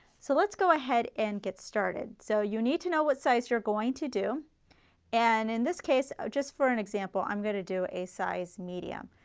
so let's go ahead and get started, so you need to know what size you are going to do and in this case just for an example i am going to do a size medium,